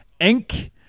Inc